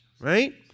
Right